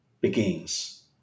begins